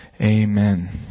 Amen